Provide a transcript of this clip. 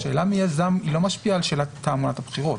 השאלה מי יזם לא משפיעה על שאלת תעמולת הבחירות.